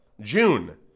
June